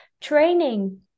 training